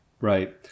Right